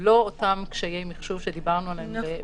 זה לא אותם קשיי מחשוב שדיברנו עליהם --- נכון,